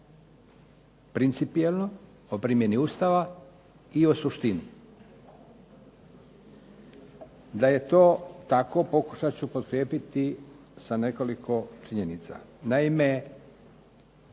principijelno o primjeni Ustava i o suštini. Da je to tako pokušat ću potkrijepiti sa nekoliko činjenica. Naime,